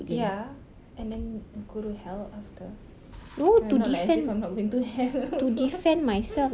ya and then go to hell after not like as if I'm not going to hell also